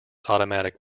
automatic